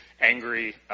angry